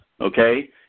okay